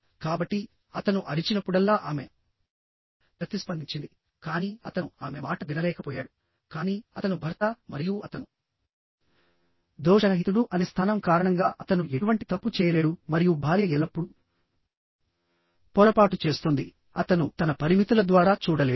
కాబట్టిఅతను అరిచినప్పుడల్లా ఆమె ప్రతిస్పందించింది కానీ అతను ఆమె మాట వినలేకపోయాడు కానీ అతను భర్త మరియు అతను దోషరహితుడు అనే స్థానం కారణంగా అతను ఎటువంటి తప్పు చేయలేడు మరియు భార్య ఎల్లప్పుడూ పొరపాటు చేస్తుంది అతను తన పరిమితుల ద్వారా చూడలేడు